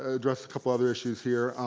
address a couple other issues here.